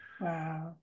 Wow